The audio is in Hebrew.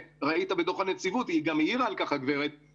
שראית בדוח הנציבות וגם ד"ר בן חיים העירה על כך שעל